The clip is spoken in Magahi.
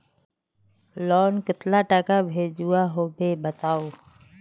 लोन कतला टाका भेजुआ होबे बताउ?